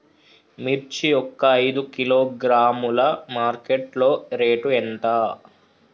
మిర్చి ఒక ఐదు కిలోగ్రాముల మార్కెట్ లో రేటు ఎంత?